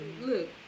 Look